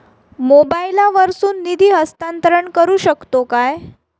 मोबाईला वर्सून निधी हस्तांतरण करू शकतो काय?